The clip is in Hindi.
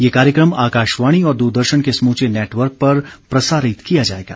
यह कार्यक्रम आकाशवाणी और द्रदर्शन के समूचे नेटवर्क पर प्रसारित किया जाएगा